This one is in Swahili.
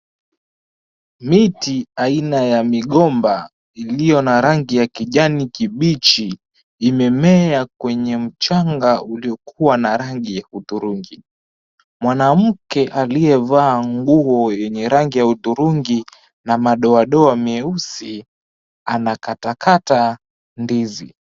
Miti aina ya migomba, iliyo na rangi ya kijani kibichi, imemea kwenye mchanga uliokua na rangi ya ℎudhurungi. Mwanamke aliyevaa nguo yenye rangi ya hudhurungi na madoadoa meusi, anakatakata ndizi.